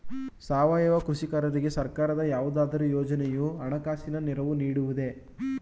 ಸಾವಯವ ಕೃಷಿಕರಿಗೆ ಸರ್ಕಾರದ ಯಾವುದಾದರು ಯೋಜನೆಯು ಹಣಕಾಸಿನ ನೆರವು ನೀಡುವುದೇ?